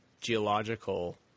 geological